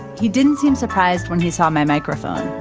he didn't seem surprised when he saw my microphone.